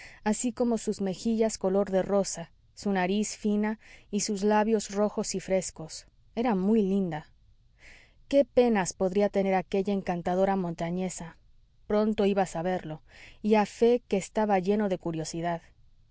así como sus mejillas color de rosa su nariz fina y sus labios rojos y frescos era muy linda qué penas podría tener aquella encantadora montañesa pronto iba a saberlo y a fe que estaba lleno de curiosidad